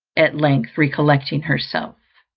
at length recollecting herself,